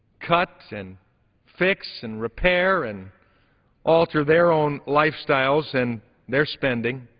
cut and fix and repair and alter their own lifestyles and their spending,